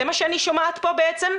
זה מה שאני שומעת פה בעצם?